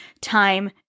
time